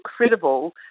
incredible